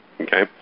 Okay